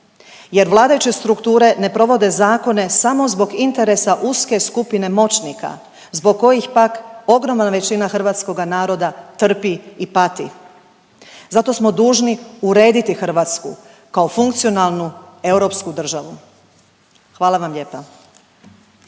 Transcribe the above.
jer vladajuće strukture ne provode zakone samo zbog interesa uske skupine moćnika zbog kojih pak ogromna većina hrvatskoga naroda trpi i pati zato smo dužni urediti Hrvatsku kao funkcionalnu europsku državu. Hvala vam lijepa.